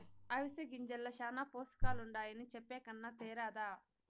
అవిసె గింజల్ల శానా పోసకాలుండాయని చెప్పే కన్నా తేరాదా